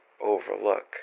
overlook